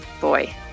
boy